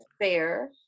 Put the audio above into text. fair